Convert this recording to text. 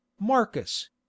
Marcus